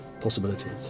possibilities